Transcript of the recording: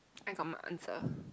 I got my answer